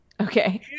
Okay